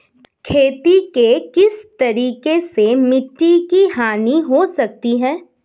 खेती के किस तरीके से मिट्टी की हानि हो सकती है?